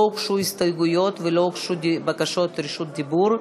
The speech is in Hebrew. לא הוגשו הסתייגויות ולא הוגשו בקשות רשות דיבור.